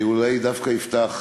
אני אולי דווקא אפתח